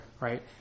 right